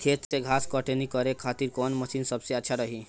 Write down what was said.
खेत से घास कटनी करे खातिर कौन मशीन सबसे अच्छा रही?